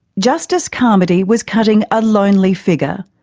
justice carmody was cutting a lonely figure,